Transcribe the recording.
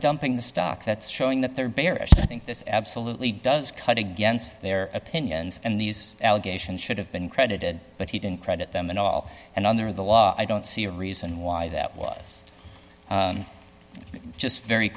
dumping the stock that's showing that they're bearish i think this absolutely does cut against their opinions and these allegations should have been credited but he didn't credit them at all and on their the law i don't see a reason why that was just very